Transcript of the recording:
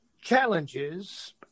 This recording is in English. challenges